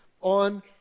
on